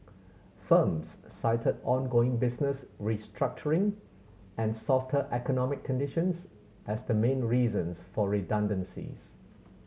firms cited ongoing business restructuring and softer economic conditions as the main reasons for redundancies